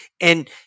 And-